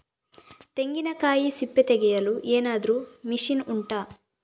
ತೆಂಗಿನಕಾಯಿ ಸಿಪ್ಪೆ ತೆಗೆಯಲು ಏನಾದ್ರೂ ಮಷೀನ್ ಉಂಟಾ